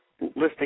listing